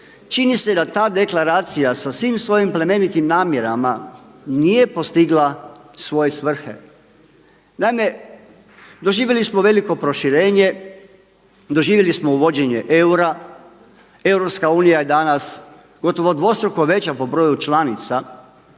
čini se da ta deklaracija sa svim svojim plemenitim namjerama nije postigla svoje svrhe. Naime, doživjeli smo veliko proširenje, doživjeli smo uvođenje eura. EU je danas gotovo dvostruko veća po broju članica.